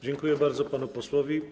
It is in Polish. Dziękuję bardzo panu posłowi.